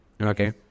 Okay